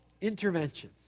intervention